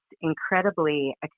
incredibly